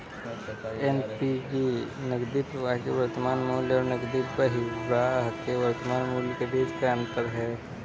NPV नकदी प्रवाह के वर्तमान मूल्य और नकदी बहिर्वाह के वर्तमान मूल्य के बीच का अंतर है